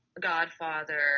Godfather